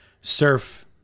surf